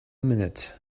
minute